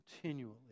continually